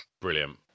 Brilliant